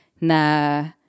na